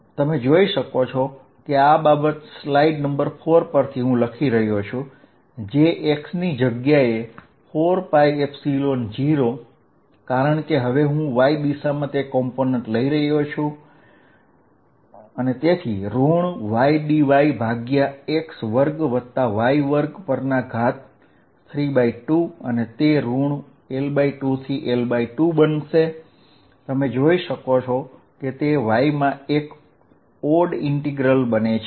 હું પાછળની સ્લાઈડ ની મદદથી આ સમીકરણ લખી રહ્યો છું તેથી Fy qλ4π0 L2L2y dyx2y232 છે અને તમે જોઈ શકો છો કે આ y માં ઓડ ઈન્ટીગ્રલ છે તેથી આ 0 થશે